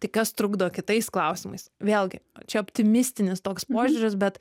tai kas trukdo kitais klausimais vėlgi čia optimistinis toks požiūris bet